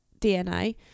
DNA